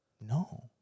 no